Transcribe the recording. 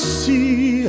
see